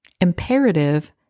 Imperative